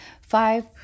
five